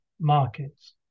markets